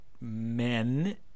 Men